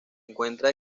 encuentra